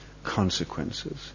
consequences